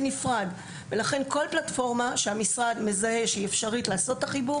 לכן בכל פלטפורמה שהמשרד מזהה שאפשר לעשות את החיבור